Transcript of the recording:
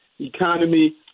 economy